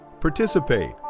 participate